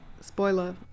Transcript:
spoiler